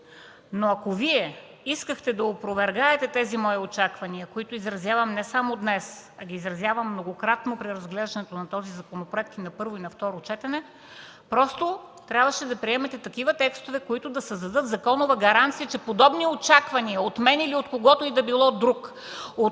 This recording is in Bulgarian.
но ако Вие искахте да опровергаете тези мои очаквания, които изразявам не само днес, а многократно при разглеждането на този законопроект на първо и на второ четене, просто трябваше да приемете такива текстове, които да създадат законова гаранция, че подобни очаквания от мен или от когото и да било друг – от нас,